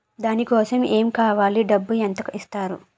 దాని కోసం ఎమ్ కావాలి డబ్బు ఎంత ఇస్తారు?